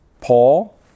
Paul